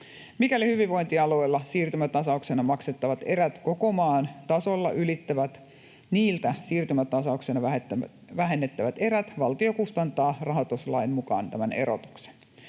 Mikäli hyvinvointialueella siirtymätasauksena maksettavat erät koko maan tasolla ylittävät niiltä siirtymätasauksena vähennettävät erät, valtio kustantaa rahoituslain mukaan tämän erotuksen.